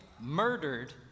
murdered